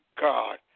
God